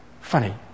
Funny